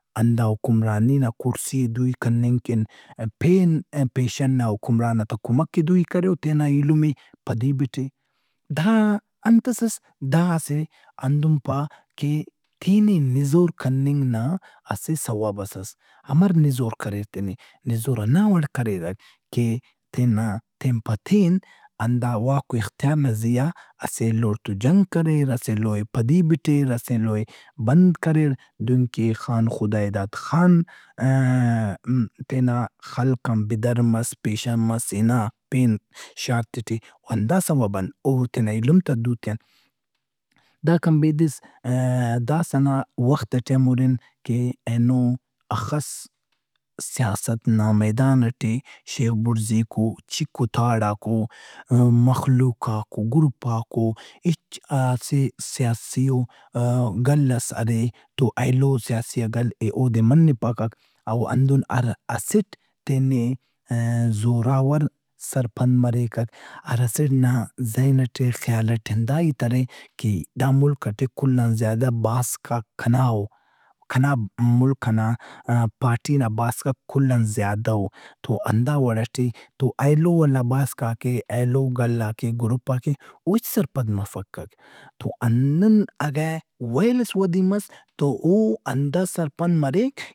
ہندا حکمرانی نا کُرسی ئے دوئی کننگ کن پین پیشن نا حکمرانات آ کمک ئے دُوئی کرے او تینا اِیلم ئے پدی بِٹے۔ دا انتس اس؟ دا اسہ ہندن پا کہ تینے نزور کننگ نا اسہ سوبس اس۔ امر نزور کریر تینے؟ نزور ہنّا وڑ کریرک کہ تینا، تین پتین ہندا واک و اختیار نا زیا جنگ کریر، اسہ ایلو ئے پدی بٹیر، اسہ ایلو ئے بند کریر۔ دہنکہ خان خدائیداد خان آ-ا- تینا خلق ان بدر مس، پیشن مس ہِنا، پین شارتے ٹے او ہندا سوب آن، او تینا ایلمت آ دُوتے ان۔ داکان بیدس داسا نا وخت ئٹے ہم ہُرن کہ اینو ہخس سیاست نا میدان ئٹے شیف بُڑزیک او، چِک و تاڑاک او۔ مخلوقاک او، گروپاک او، ہچ اسہ سیاسیئو گل ئس ارے تو اینو سیاسیئا گل اودے منّپکک او ہندن ہر اسٹ یتنے زوراور سرپند مریکک۔ ہر اسٹ نا ذہن ئٹے، خیال ئٹے ہندا ہیت ارے کہ دا ملک ئٹے کل آن زیات باسکاک کنا او۔ کنا ملک ئنا پارٹی نا باسکاک کل آن زیادہ او۔ تو ہندا وڑ ئٹے تو ایلو ولّا باسکاک ئے، ایلو گلّاک ئے، گروپاک ئے او ہچ سرپند مفکک۔ توہنُّن اگہ ویل ئس ودی مس تو او ہندا سرپند مریک۔